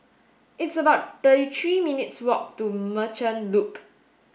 it's about thirty three minutes' walk to Merchant Loop